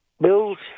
build